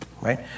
right